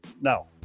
No